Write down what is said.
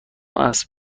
اسب